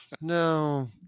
no